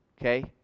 Okay